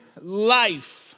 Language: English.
life